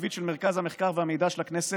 תקציבית של מרכז המחקר והמידע של הכנסת,